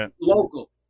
local